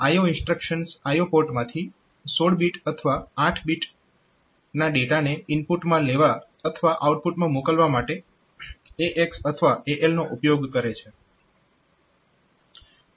IO instructions IO પોર્ટમાંથી 16 bit અથવા 8 bit ડેટાને ઇનપુટમાં લેવા અથવા આઉટપુટમાં મોકલવા માટે AX અથવા AL નો ઉપયોગ કરે છે